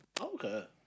Okay